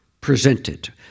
presented